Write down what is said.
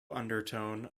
undertone